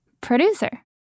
producer